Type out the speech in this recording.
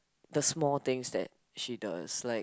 the small things that she does like